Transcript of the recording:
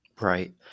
Right